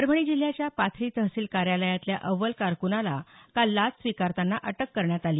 परभणी जिल्ह्याच्या पाथरी तहसील कार्यालयातल्या अव्वल कारक्नाला काल लाच स्वीकारताना अटक करण्यात आली